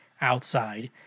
outside